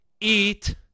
eat